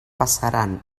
passaran